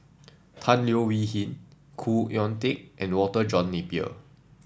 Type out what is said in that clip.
Tan Leo Wee Hin Khoo Oon Teik and Walter John Napier